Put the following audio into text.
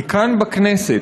כי כאן בכנסת,